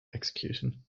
execution